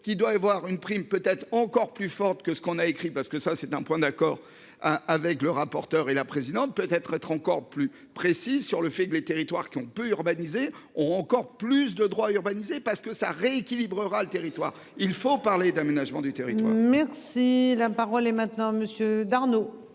qu'il doit y avoir une prime peut être encore plus forte que ce qu'on a écrit parce que ça c'est un point d'accord avec le rapporteur, et la présidente peut-être être encore plus précis sur le fait que les territoires qui ont peu urbanisée ont encore plus de droits. Parce que ça rééquilibrera le territoire, il faut parler d'aménagement du terrain. Merci la parole est maintenant monsieur